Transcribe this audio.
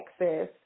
access